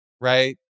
right